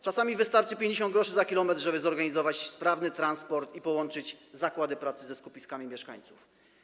Czasami wystarczy 50 gr za kilometr, żeby zorganizować sprawny transport i połączyć zakłady pracy ze skupiskami mieszkańców.